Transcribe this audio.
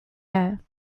air